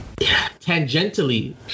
tangentially